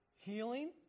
healing